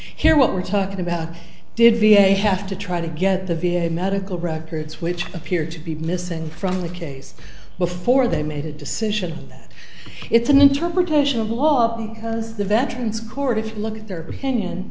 here what we're talking about did v a have to try to get the v a medical records which appear to be missing from the case before they made a decision that it's an interpretation of the law because the veterans court if you look at their opinion